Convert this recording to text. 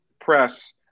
press